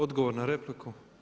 Odgovor na repliku.